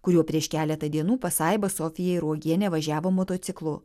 kuriuo prieš keletą dienų pasaiba sofija ir uogienė važiavo motociklu